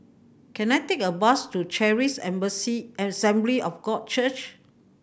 can I take a bus to Charis Assembly of God Church